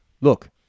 look